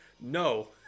No